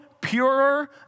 purer